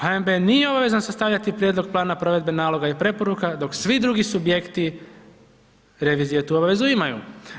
HNB nije obavezan sastavljati prijedlog plana provedbe naloga i preporuka dok svi drugi subjekti revizije tu obavezu imaju.